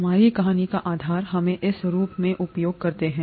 हमारी कहानी का आधार हमें इस रूप में उपयोग करते हैं